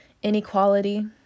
Inequality